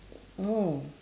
oh